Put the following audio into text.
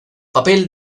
papel